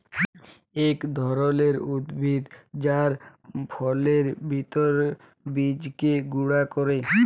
ইক ধরলের উদ্ভিদ যার ফলের ভিত্রের বীজকে গুঁড়া ক্যরে